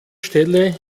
stelle